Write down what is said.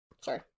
Sorry